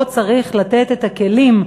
שלו צריך לתת את הכלים,